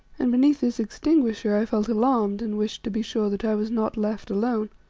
and beneath this extinguisher i felt alarmed and wished to be sure that i was not left alone.